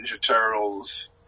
Turtles